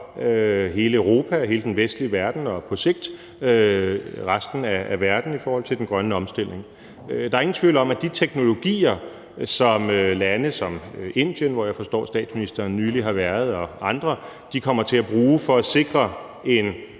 hele Europa, hele den vestlige verden og på sigt resten af verden i forhold til den grønne omstilling. Der er ingen tvivl om, at de teknologier, som lande som Indien, hvor jeg forstår statsministeren for nylig har været, og andre kommer til at bruge for at sikre en